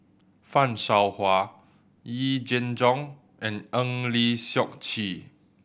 Fan Shao Hua Yee Jenn Jong and Eng Lee Seok Chee